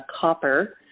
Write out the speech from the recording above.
copper